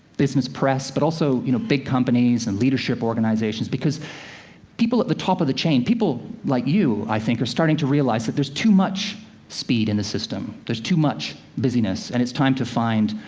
business press, but also you know big companies and leadership organizations. because people at the top of the chain, people like you, i think, are starting to realize that there's too much speed in the system, there's too much busyness, and it's time to find,